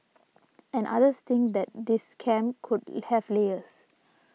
and others think that this scam could have layers